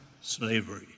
slavery